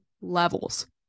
levels